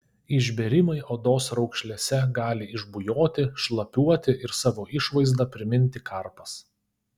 išbėrimai odos raukšlėse gali išbujoti šlapiuoti ir savo išvaizda priminti karpas